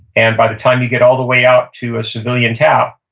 and by the time you get all the way out to a civilian tap,